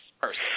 first